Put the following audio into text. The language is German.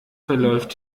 verläuft